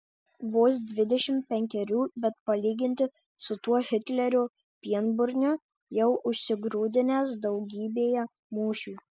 vos dvidešimt penkerių bet palyginti su tuo hitlerio pienburniu jau užsigrūdinęs daugybėje mūšių